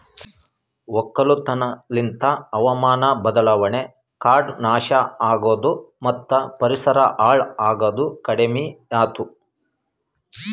ಒಕ್ಕಲತನ ಲಿಂತ್ ಹಾವಾಮಾನ ಬದಲಾವಣೆ, ಕಾಡು ನಾಶ ಆಗದು ಮತ್ತ ಪರಿಸರ ಹಾಳ್ ಆಗದ್ ಕಡಿಮಿಯಾತು